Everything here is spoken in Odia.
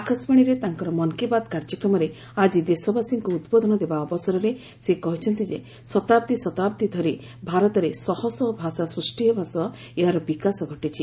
ଆକାଶବାଣୀରେ ତାଙ୍କର ମନ କି ବାତ କାର୍ଯ୍ୟକ୍ରମରେ ଆଜି ଦେଶବାସୀଙ୍କୁ ଉଦ୍ବୋଧନ ଦେବା ଅବସରରେ ସେ କହିଛନ୍ତି ଯେ ଶତାବ୍ଦୀ ଶତାବ୍ଦୀ ଧରି ଭାରତରେ ଶହଶହ ଭାଷା ସୃଷ୍ଟି ହେବା ସହ ଏହାର ବିକାଶ ଘଟିଛି